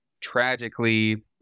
tragically